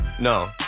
No